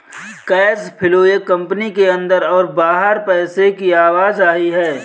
cash flow एक company के अंदर और बाहर पैसे की आवाजाही है